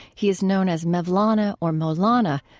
he is known as mevlana or mawlana,